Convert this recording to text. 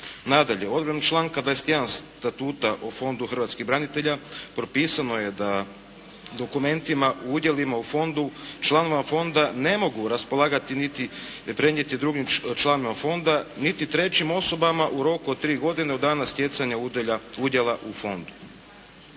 Nadalje, odredbom članka 21. Statuta o Fondu hrvatskih branitelja propisano je da dokumentima u udjelima u fondu članova fonda ne mogu raspolagati niti prenijeti drugim članovima fonda niti trećim osobama u roku od tri godine od dana stjecanja udjela u fondu.